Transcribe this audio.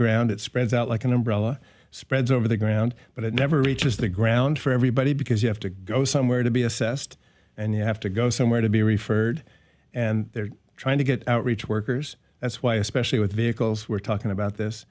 ground it spreads out like an umbrella spreads over the ground but it never reaches the ground for everybody because you have to go somewhere to be assessed and you have to go somewhere to be referred and they're trying to get outreach workers that's why especially with vehicles we're talking about this